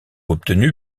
obtenu